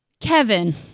Kevin